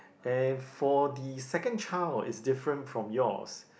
and for the second child it's different from yours